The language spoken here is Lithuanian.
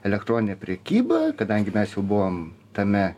elektroninė prekyba kadangi mes jau buvom tame